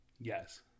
Yes